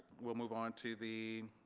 we'll move on to the